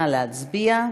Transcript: נא להצביע.